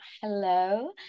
hello